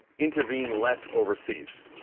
intervene less overseas.